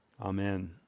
Amen